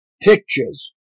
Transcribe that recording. Pictures